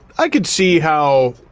i could see how.